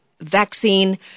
vaccine